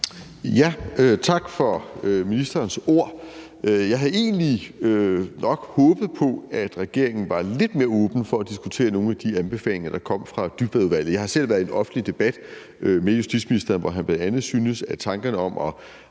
Tak for ministerens ord. Jeg havde egentlig nok håbet på, at regeringen var lidt mere åben over for at diskutere nogle af de anbefalinger, der kom fra Dybvadudvalget. Jeg har selv deltaget i en offentlig debat med justitsministeren, hvor han bl.a. syntes, at tankerne om at